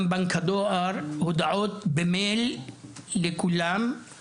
גם בנק הדואר הודעות במייל לכולם,